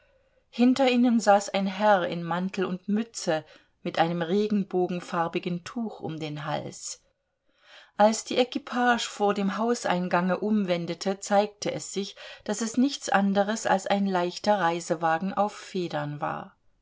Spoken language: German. hinter ihnen saß ein herr in mantel und mütze mit einem regenbogenfarbigen tuch um den hals als die equipage vor dem hauseingange umwendete zeigte es sich daß es nichts anderes als ein leichter reisewagen auf federn war